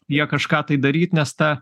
jie kažką tai daryt nes ta